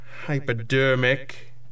hypodermic